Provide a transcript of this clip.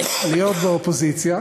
להיות באופוזיציה.